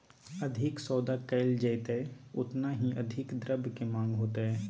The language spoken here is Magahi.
अधिक सौदा कइल जयतय ओतना ही अधिक द्रव्य के माँग होतय